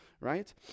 Right